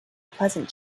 pleasant